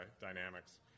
dynamics